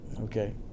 Okay